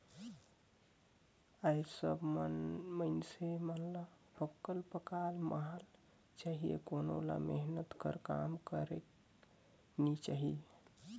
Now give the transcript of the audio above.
आएज सब मइनसे मन ल पकल पकाल माल चाही कोनो मेहनत कर काम करेक नी चाहे